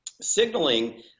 signaling